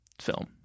film